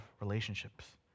relationships